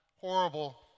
horrible